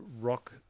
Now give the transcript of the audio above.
rock